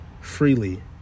freely